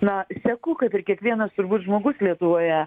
na seku kaip ir kiekvienas turbūt žmogus lietuvoje